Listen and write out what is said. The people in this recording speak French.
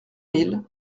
mille